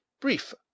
Brief